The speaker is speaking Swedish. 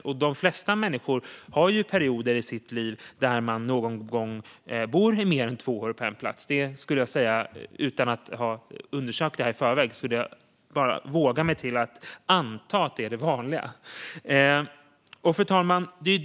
Och de flesta människor har ju perioder i livet när man bor i mer än två år på en plats. Utan att ha undersökt det i förväg skulle jag våga anta att det är det vanliga. Fru talman!